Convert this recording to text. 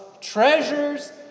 treasures